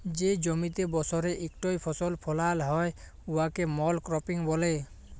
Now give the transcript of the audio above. যে জমিতে বসরে ইকটই ফসল ফলাল হ্যয় উয়াকে মলক্রপিং ব্যলে